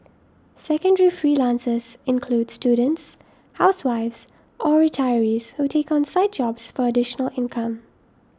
secondary freelancers include students housewives or retirees who take on side jobs for additional income